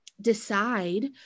Decide